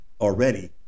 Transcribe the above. already